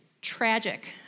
tragic